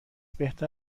بهتر